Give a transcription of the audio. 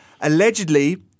Allegedly